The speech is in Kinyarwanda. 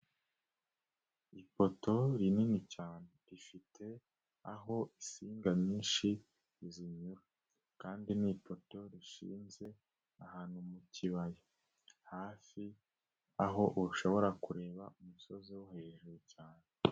Ipoto rinini cyane rifite aho insinga nyinshi zinyura kandi ni ipoto rishinze ahantu mu kibaya hafi aho ushobora kureba umusozi wo hejuru cyane.